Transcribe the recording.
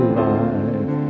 life